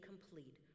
complete